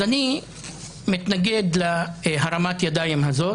אז אני מתנגד להרמת ידיים הזאת.